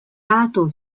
lato